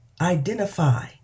Identify